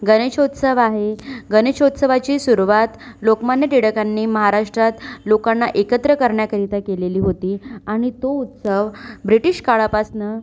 गणेशोत्सव आहे गणेशोत्सवाची सुरुवात लोकमान्य टिळकांनी महाराष्ट्रात लोकांना एकत्र करण्या करिता केलेली होती आणि तो उत्सव ब्रिटिश काळापासून